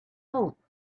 hope